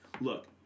Look